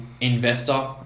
investor